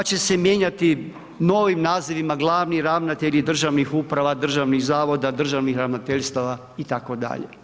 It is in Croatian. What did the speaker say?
Pa će se mijenjati novim nazivima glavni ravnatelji državnih uprava, državnih zavoda, državnih ravnateljstava itd.